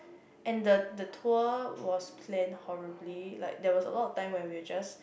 and the the tour was planned horribly like there was a lot of time when we just